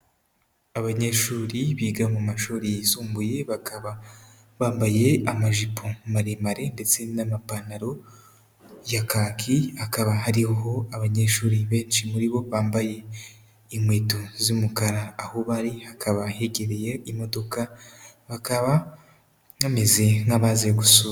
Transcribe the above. Abanyeshuri biga mu mashuri yisumbuye, bakaba bambaye amajipo maremare ndetse n'amapantaro ya kaki, hakaba hariho abanyeshuri benshi muri bo bambaye inkweto z'umukara, aho bari hakaba hegereye imodoka, bakaba bameze nk'abazi gusura.